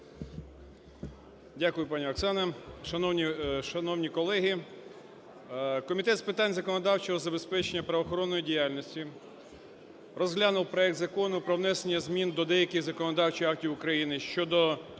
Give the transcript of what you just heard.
Дякую, пані Оксана. Шановні колеги, Комітету з питань законодавчого забезпечення правоохоронної діяльності розглянув проект Закону про внесення змін до деяких законодавчих актів України щодо